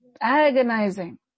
Agonizing